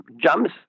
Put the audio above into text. jumps